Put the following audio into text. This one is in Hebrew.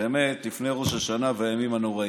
לפני ראש השנה והימים הנוראים.